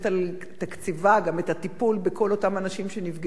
תקציבה גם את הטיפול בכל אותם אנשים שנפגעו,